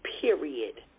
period